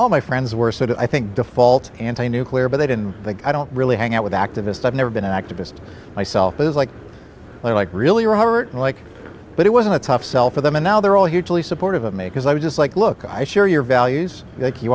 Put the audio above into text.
all my friends were sort of i think default anti nuclear but i didn't think i don't really hang out with activist i've never been an activist myself is like like really robert like but it was a tough sell for them and now they're all hugely supportive of me because i was just like look i share your values you